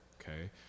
okay